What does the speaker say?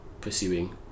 pursuing